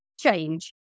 change